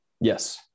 Yes